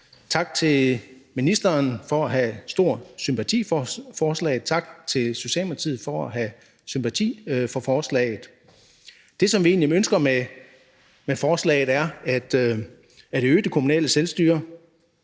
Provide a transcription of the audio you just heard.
Tak til ministeren for at have stor sympati for forslagene, tak til Socialdemokratiet for at have sympati for forslagene. Det, som vi egentlig ønsker med forslagene, er at øge det kommunale selvstyre.